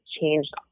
changed